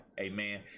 Amen